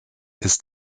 ist